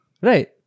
Right